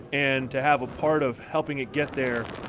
and to have a part of helping it get there.